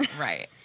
Right